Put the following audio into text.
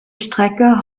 strecke